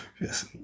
Yes